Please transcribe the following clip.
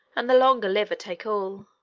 and the longer liver take all.